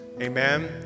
amen